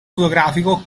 fotografico